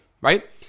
right